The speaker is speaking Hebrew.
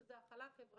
שזה הכלה חברתית,